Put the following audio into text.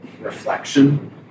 reflection